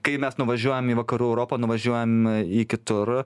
kai mes nuvažiuojam į vakarų europą nuvažiuojam į kitur